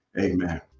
amen